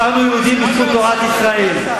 נשארנו יהודים בזכות תורת ישראל.